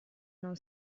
non